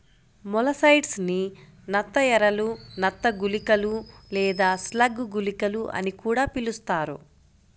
molluscicides ని నత్త ఎరలు, నత్త గుళికలు లేదా స్లగ్ గుళికలు అని కూడా పిలుస్తారు